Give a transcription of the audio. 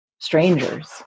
strangers